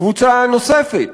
קבוצה נוספת